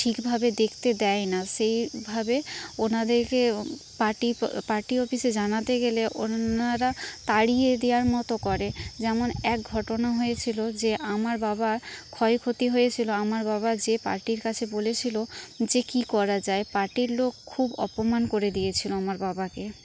ঠিক ভাবে দেখতে দেই না সেই ভাবে ওনাদেরকে পার্টি পার্টি অফিসে জানাতে গেলে ওনারা তাড়িয়ে দেওয়ার মতো করে যেমন এক ঘটনা হয়েছিল যে আমার বাবা ক্ষয়ক্ষতি হয়েছিল আমার বাবা যে পার্টির কাছে বলেছিল যে কি করা যায় পার্টির লোক খুব অপমান করে দিয়েছিল আমার বাবাকে